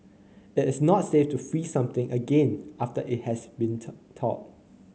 it is not safe to freeze something again after it has went thawed